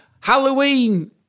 Halloween